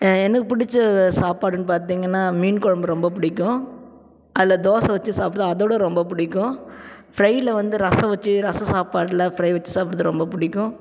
எனக்கு பிடிச்ச சாப்பாடுன்னு பார்த்தீங்கன்னா மீன்குழம்பு ரொம்ப பிடிக்கும் அதில் தோசை வச்சு சாப்பிடுறது அதைவிட ரொம்ப பிடிக்கும் ஃப்ரைல வந்து ரசம் வச்சு ரசம் சாப்பாடில் ஃப்ரை வச்சு சாப்பிட்றது ரொம்ப பிடிக்கும்